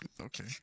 Okay